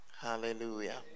Hallelujah